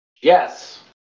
yes